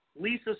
Lisa